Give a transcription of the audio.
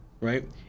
right